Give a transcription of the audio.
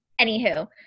Anywho